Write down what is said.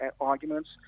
arguments